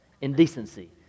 Indecency